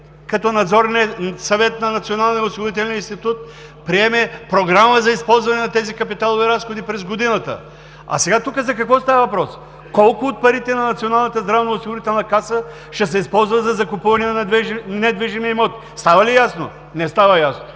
като Надзорният съвет на Националния осигурителен институт приеме програма за използване на тези капиталови разходи през годината. А сега тук за какво става въпрос? Колко от парите на Националната здравноосигурителна каса ще се използват за закупуване на недвижими имоти? Става ли ясно? Не става ясно.